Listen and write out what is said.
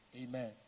Amen